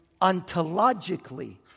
ontologically